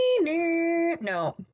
No